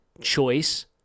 choice